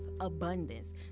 abundance